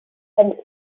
benthyg